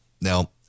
Now